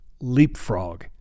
Leapfrog